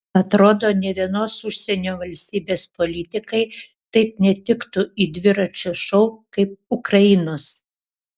atrodo nė vienos užsienio valstybės politikai taip netiktų į dviračio šou kaip ukrainos